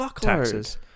taxes